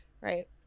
right